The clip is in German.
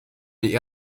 die